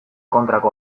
kontrako